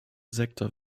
sektor